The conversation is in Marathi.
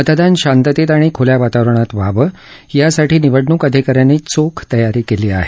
मतदान शांततेत आणि खुल्या वातावरणात व्हावं यासाठी निवडणूक अधिका यांनी चोख तयारी केली आहे